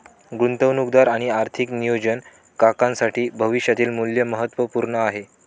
गुंतवणूकदार आणि आर्थिक नियोजन काकांसाठी भविष्यातील मूल्य महत्त्वपूर्ण आहे